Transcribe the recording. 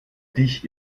dich